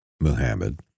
Muhammad